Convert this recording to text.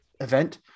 event